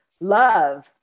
love